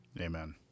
Amen